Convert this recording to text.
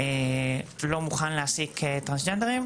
לא מוכן להעסיק טרנסג'נדרים.